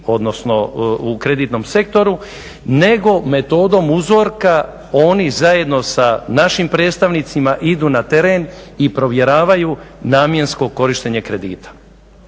odnosno u kreditnom sektoru nego metodom uzorka oni zajedno sa našim predstavnicima idu na teren i provjeravaju namjensko korištenje kredita.